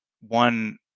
one